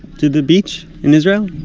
to the beach in israel?